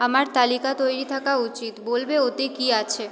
আমার তালিকা তৈরি থাকা উচিৎ বলবে ওতে কী আছে